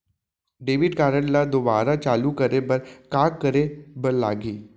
Debit card ला दोबारा चालू करे बर का करे बर लागही?